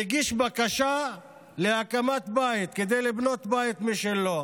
מגיש בקשה להקמת בית כדי לבנות בית משלו.